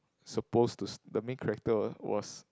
supposed to s~ the main character was